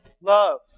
love